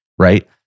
right